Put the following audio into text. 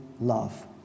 love